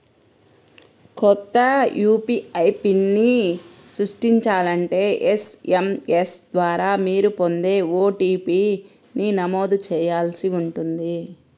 కొత్త యూ.పీ.ఐ పిన్ని సృష్టించాలంటే ఎస్.ఎం.ఎస్ ద్వారా మీరు పొందే ఓ.టీ.పీ ని నమోదు చేయాల్సి ఉంటుంది